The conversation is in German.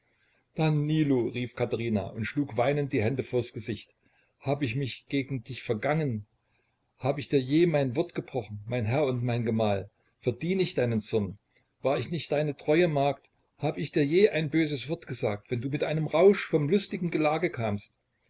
danilo rief katherina und schlug weinend die hände vors gesicht hab ich mich gegen dich vergangen hab ich dir je mein wort gebrochen mein herr und mein gemahl verdien ich deinen zorn war ich nicht deine treue magd hab ich dir je ein böses wort gesagt wenn du mit einem rausch vom lustigen gelage kamst